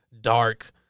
dark